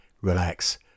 relax